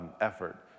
effort